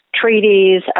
treaties